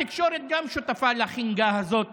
גם התקשורת שותפה לחינגה הזאת